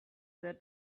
that